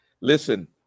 listen